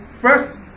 first